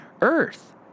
earth